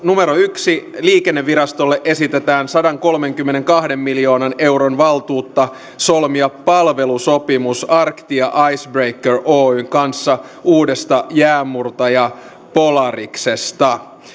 yksi liikennevirastolle esitetään sadankolmenkymmenenkahden miljoonan euron valtuutta solmia palvelusopimus arctia icebreaking oyn kanssa uudesta jäänmurtaja polariksesta